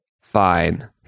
Fine